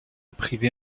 privée